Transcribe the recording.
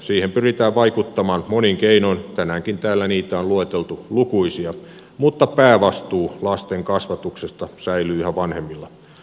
siihen pyritään vaikuttamaan monin keinoin tänäänkin täällä niitä on lueteltu lukuisia mutta päävastuu lastenkasvatuksesta säilyy yhä vanhemmilla